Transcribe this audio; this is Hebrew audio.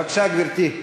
בבקשה, גברתי.